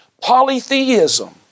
polytheism